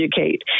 educate